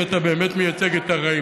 ואתה באמת מייצג את הרעים.